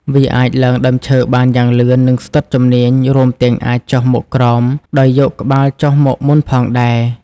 វាអាចឡើងដើមឈើបានយ៉ាងលឿន និងស្ទាត់ជំនាញ រួមទាំងអាចចុះមកក្រោមដោយយកក្បាលចុះមកមុនផងដែរ។